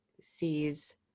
sees